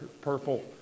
purple